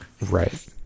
right